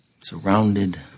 surrounded